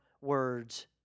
words